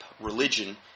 religion